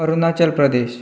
Arunachal Pradesh